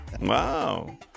Wow